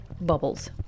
bubbles